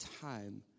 time